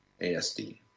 ASD